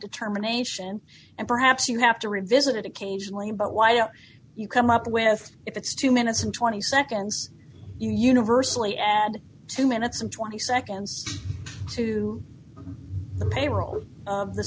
determination and perhaps you have to revisit it occasionally but why don't you come up with if it's two minutes and twenty seconds you universally add two minutes and twenty seconds to the payroll